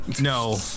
No